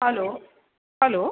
hello hello